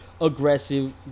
aggressive